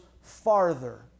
farther